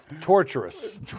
torturous